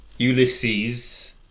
Ulysses